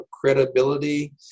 credibility